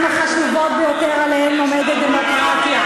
החשובות ביותר שעליהן עומדת הדמוקרטיה.